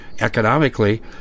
economically